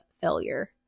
failure